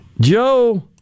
Joe